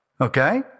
Okay